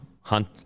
Hunt